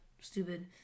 stupid